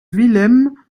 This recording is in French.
willem